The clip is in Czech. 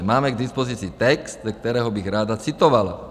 Máme k dispozici text, ze kterého bych ráda citovala.